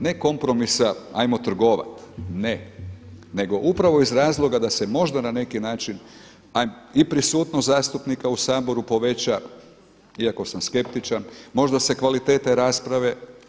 Ne kompromisa ajmo trgovat, ne, nego upravo iz razloga da se možda na neki način i prisutnost zastupnika u Saboru poveća, iako sam skeptičan, možda se i kvaliteta rasprave.